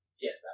Yes